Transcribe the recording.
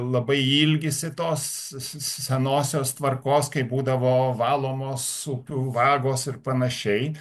labai ilgisi tos s s senosios tvarkos kai būdavo valomos upių vagos ir panašiai